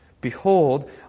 Behold